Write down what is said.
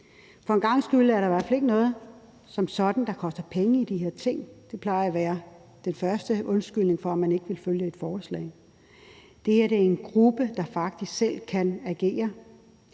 For en gangs skyld er der i hvert fald ikke noget som sådan, der koster penge i de her ting. Det plejer at være den første undskyldning for, at man ikke vil følge et forslag. Det her er en gruppe, der faktisk selv kan agere,